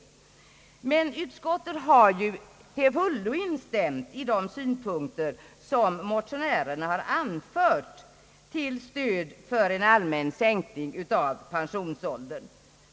Utskottet har till fullo instämt i de synpunkter som motionärerna har anfört till stöd för en allmän sänkning av pensionsåldern.